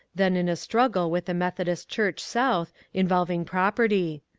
then in a struggle with the methodist church south involving property.